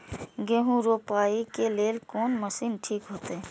गेहूं रोपाई के लेल कोन मशीन ठीक होते?